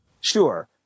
Sure